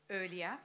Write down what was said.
earlier